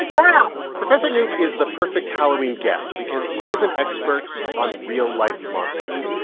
it down professor knoop is the perfect halloween guest because he is an expert on real life monsters,